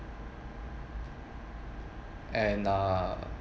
and uh